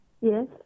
Yes